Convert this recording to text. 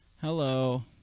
hello